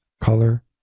color